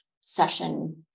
session